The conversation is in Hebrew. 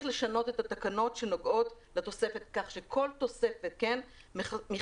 לשנות את התקנות שנוגעות לתוספת כך שכל תוספת מכסה,